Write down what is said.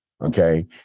okay